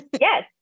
Yes